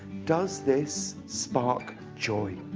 does this spark joy,